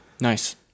Nice